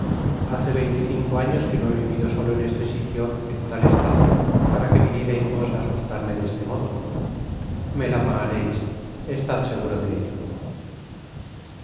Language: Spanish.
hace veinte y cinco años que no he vivido solo en este sitio en tal estado para que vinierais vos á asustarme de este modo me la pagaréis estad seguro de ello